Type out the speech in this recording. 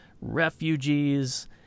refugees